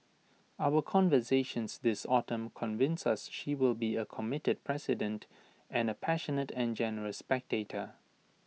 our conversations this autumn convince us she will be A committed president and A passionate and generous spectator